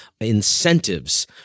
incentives